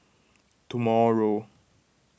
tomorrow